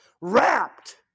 wrapped